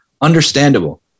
understandable